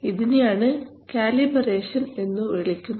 ഇതിനെയാണ് കാലിബറേഷൻ എന്നു വിളിക്കുന്നത്